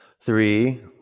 Three